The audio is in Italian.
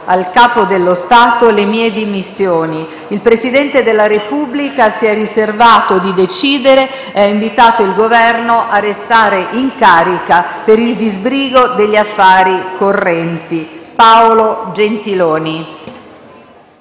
al Capo dello Stato le mie dimissioni. Il Presidente della Repubblica si è riservato di decidere e ha invitato il Governo a restare in carica per il disbrigo degli affari correnti. F.to: Paolo